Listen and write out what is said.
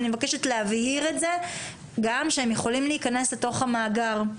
אבל אני מבקשת להבהיר את זה גם שהם יכולים להיכנס לתוך המאגר.